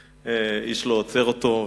אף פעם איש לא עוצר אותו,